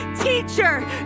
teacher